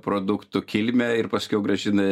produktų kilmę ir paskiau grąžina